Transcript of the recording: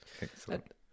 Excellent